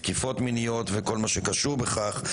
תקיפות מיניות וכל מה שקשור בכך,